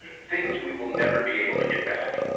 things we will never be able to get back.